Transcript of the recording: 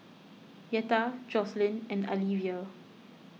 Yetta Jocelyn and Alivia